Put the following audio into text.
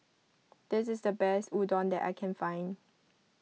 this is the best Udon that I can find